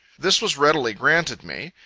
this was readily granted me.